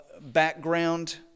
background